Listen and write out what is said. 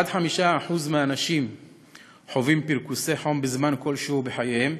עד 5% מהאנשים חווים פרכוסי חום בזמן כלשהו בחייהם.